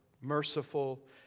merciful